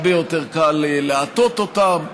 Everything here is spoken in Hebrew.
הרבה יותר קל להטות אותם.